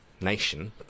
nation